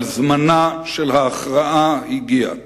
אבל, זמנה של ההכרעה הגיע.